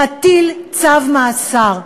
להטיל צו מעצר,